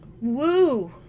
Woo